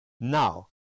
Now